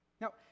Now